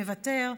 מוותר,